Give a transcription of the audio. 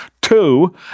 Two